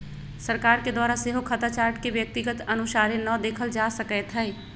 सरकार के द्वारा सेहो खता चार्ट के व्यक्तिगत अनुसारे न देखल जा सकैत हइ